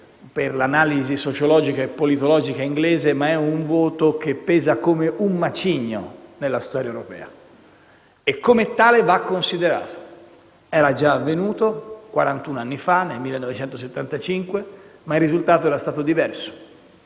per l'analisi sociologica e politologica britannica, ma è un voto che pesa come un macigno nella storia europea e come tale va considerato. Era già avvenuto quarantuno anni fa, nel 1975, ma il risultato era stato diverso.